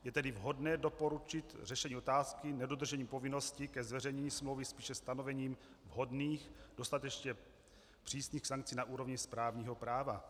Je tedy vhodné doporučit řešení otázky nedodržení povinnosti ke zveřejnění smlouvy spíše stanovením vhodných, dostatečně přísných sankcí na úrovni správního práva.